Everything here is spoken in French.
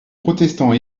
protestants